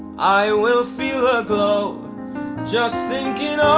i will feel her glow just thinking